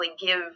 give